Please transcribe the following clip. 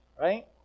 right